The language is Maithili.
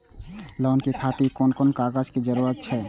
लोन के खातिर कोन कोन कागज के जरूरी छै?